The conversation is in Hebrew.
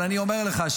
אבל אני אומר לך,